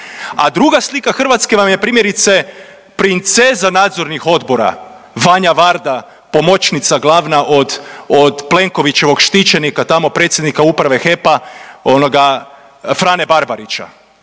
a druga slika Hrvatske vam je primjerice princeza nadzornih odbora Vanja Varda pomoćnica glavna od, od Plenkovićevog štićenika tamo predsjednika uprave HEP-a onoga Frane Barbarića,